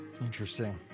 Interesting